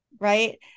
right